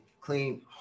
clean